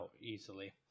easily